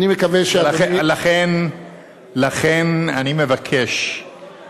אני מקווה שאדוני, לכן אני מבקש זאת הבהרה?